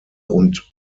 und